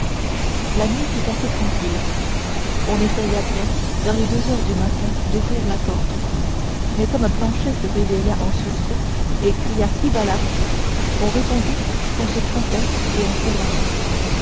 la nuit fut assez tranquille on essaya bien vers les deux heures du matin d'ouvrir la porte mais comme planchet se réveilla en sursaut et cria qui va là on répondit qu'on se trompait et on s'éloigna